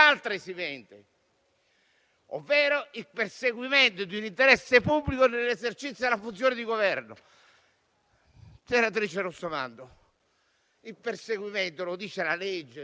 legittima difesa putativa. Sul perseguimento dell'interesse pubblico si tratta di valutare qual è l'interesse pubblico: un programma di Governo è un interesse pubblico o no?